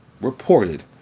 reported